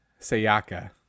Sayaka